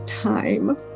time